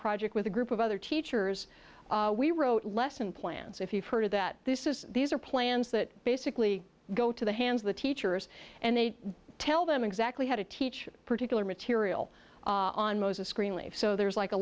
project with a group of other teachers we wrote lesson plans if you've heard that this is these are plans that basically go to the hands of the teachers and they tell them exactly how to teach particular material on most of screen leave so there's like a